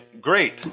great